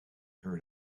heard